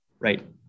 Right